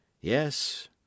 yes